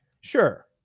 Sure